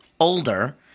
older